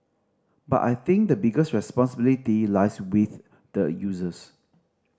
but I think the biggest responsibility lies with the users